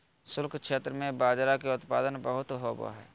शुष्क क्षेत्र में बाजरा के उत्पादन बहुत होवो हय